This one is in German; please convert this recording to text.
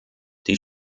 die